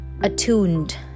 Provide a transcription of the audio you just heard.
attuned